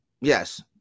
yes